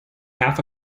half